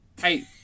hey